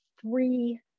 three